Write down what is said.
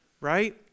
Right